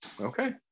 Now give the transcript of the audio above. Okay